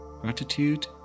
gratitude